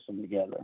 together